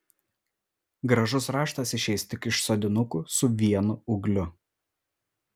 gražus raštas išeis tik iš sodinukų su vienu ūgliu